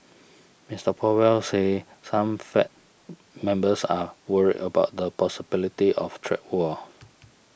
Mister Powell said some Fed members are worried about the possibility of trade war